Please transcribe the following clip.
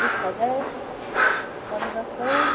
एक हजार पन्ध्र सौ